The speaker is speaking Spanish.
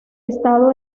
estado